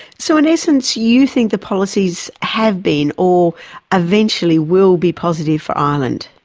so in essence you think the policies have been, or eventually will be, positive for ireland?